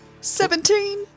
Seventeen